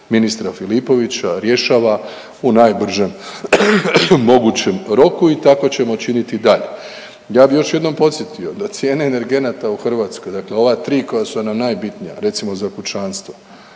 ministra Filipovića rješava u najbržem mogućem roku i tako ćemo činiti dalje. Ja bi još jednom podsjetio da cijene energenata u Hrvatskoj, dakle ova 3 koja su nam najbitnija recimo za kućanstvo